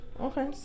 Okay